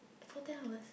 for ten hours